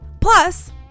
Plus